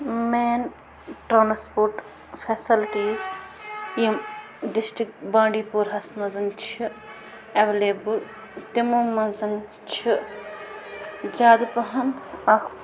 main transport facilities یِم district بانڈی پوٗرہس منٛز چھِ اٮ۪ولیبہٕ تِمو منٛز چھِ زیادٕ پَہن اَکھ